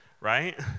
right